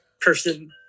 person